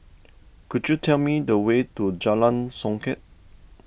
could you tell me the way to Jalan Songket